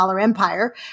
empire